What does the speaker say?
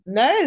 no